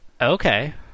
Okay